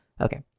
Okay